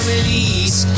release